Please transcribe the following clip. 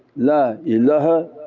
la, ilaha,